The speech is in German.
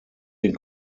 den